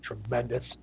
tremendous